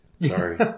Sorry